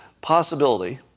possibility